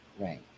Right